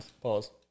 Pause